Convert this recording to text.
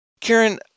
Karen